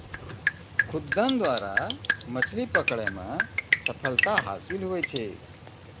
खुद्दन द्वारा मछली पकड़ै मे सफलता हासिल हुवै छै